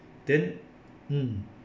then um